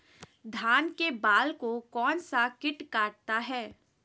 धान के बाल को कौन सा किट काटता है?